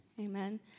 Amen